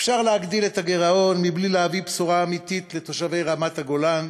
אפשר להגדיל את הגירעון מבלי להביא בשורה אמיתית לתושבי רמת-הגולן,